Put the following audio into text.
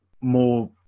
more